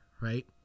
right